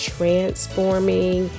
Transforming